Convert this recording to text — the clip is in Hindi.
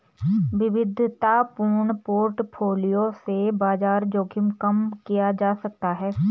विविधतापूर्ण पोर्टफोलियो से बाजार जोखिम कम किया जा सकता है